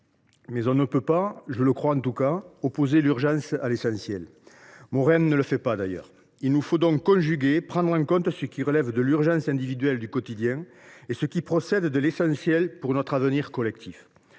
mais on ne peut pas en tout cas, je le crois opposer l’urgence à l’essentiel. Morin ne le fait pas, d’ailleurs. Il nous faut donc conjuguer, prendre en compte ce qui relève de l’urgence individuelle du quotidien et ce qui procède de l’essentiel pour notre avenir collectif.